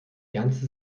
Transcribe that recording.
ganze